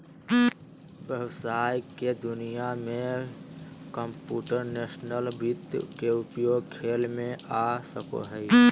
व्हवसाय के दुनिया में कंप्यूटेशनल वित्त के उपयोग खेल में आ सको हइ